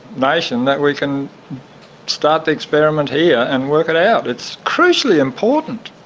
nation that we can start the experiment here and work it out. it's crucially important